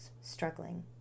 struggling